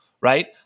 right